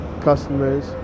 customers